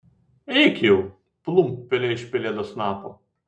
eik jau plumpt pelė iš pelėdos snapo